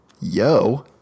Yo